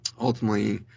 Ultimately